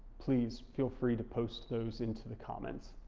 please feel free to post those into the comments.